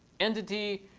entity,